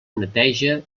neteja